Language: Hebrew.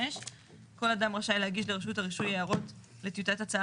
5. כל אדם רשאי להגיש הרישוי הערות לטיוטת הצעה